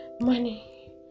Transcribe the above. money